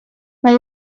mae